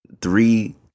three